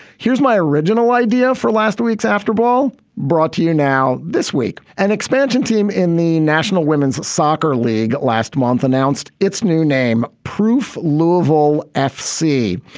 here's my original idea for last week's after ball brought to you. now this week, an expansion team in the national women's soccer league last month announced its new name proof louisville fc.